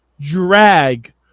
drag